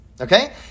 okay